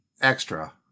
extra